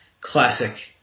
Classic